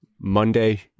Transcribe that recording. Monday